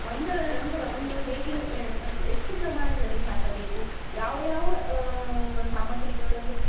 ಒಂದರ ನಂತರ ಒಂದು ಹೇಗೆ ಹೆ ಮತ್ತು ಎಷ್ಟು ಪ್ರಮಾಣದಲ್ಲಿ ಹಾಕಬೇಕು ಯಾವ ಯಾವ ಸಾಮಗ್ರಿಗಳನ್ನು